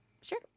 Sure